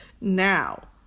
now